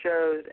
shows